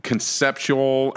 Conceptual